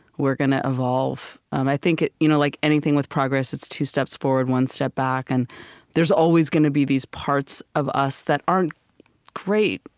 we're going to evolve. um i think you know like anything, with progress, it's two steps forward, one step back, and there's always going to be these parts of us that aren't great,